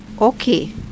Okay